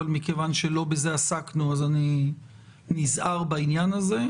אבל מכיוון שלא בזה עסקנו אני נזהר בעניין הזה.